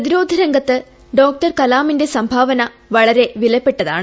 പ്രതിരോധ രംഗത്ത് ഡോ കലാമിന്റെ സംഭാവന വളരെ വിലപ്പെട്ടതാണ്